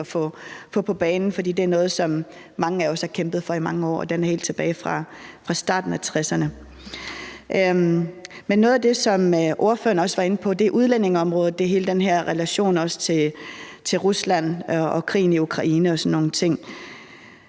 den er helt tilbage fra starten af 1960'erne. Men noget af det, som ordføreren også var inde på, er udlændingeområdet, og det er hele den her relation til Rusland og krigen i Ukraine